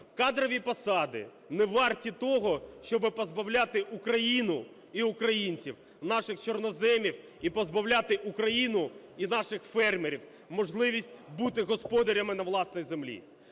кадрові посади не варті того, щоби позбавляти Україну і українців наших чорноземів і позбавляти Україну і наших фермерів можливості буди господарями на власній землі.